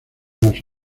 las